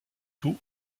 tout